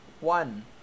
One